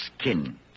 skin